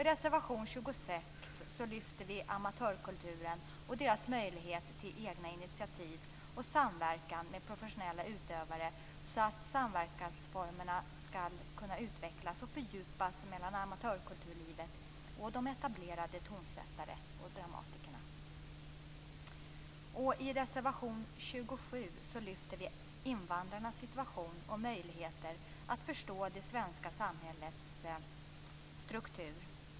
I reservation 26 lyfter vi fram amatörkulturen och möjligheterna till egna initiativ och samverkan med professionella utövare så att samverkansformerna skall kunna utvecklas och fördjupas mellan amatörkulturlivet och de etablerade tonsättarna och dramatikerna. I reservation 27 lyfter vi fram invandrarnas situation och möjligheter att förstå det svenska samhällets struktur.